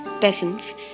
peasants